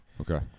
Okay